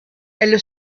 elle